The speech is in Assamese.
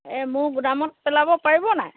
এই মোৰ গোদামত পেলাব পাৰিব নাই